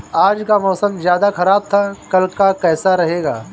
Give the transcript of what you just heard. आज का मौसम ज्यादा ख़राब था कल का कैसा रहेगा?